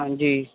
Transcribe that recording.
ਹਾਂਜੀ